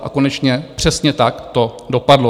A konečně, přesně tak to dopadlo.